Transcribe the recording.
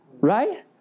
Right